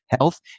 health